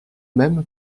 même